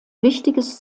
wichtiges